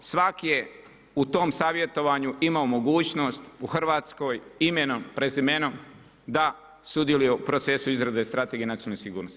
Svaki je u tom savjetovanju imao mogućnost u Hrvatskoj imenom, prezimenom da sudjeluje u procesu izrade Strategije nacionalne sigurnosti.